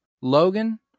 Logan